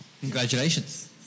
Congratulations